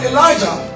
Elijah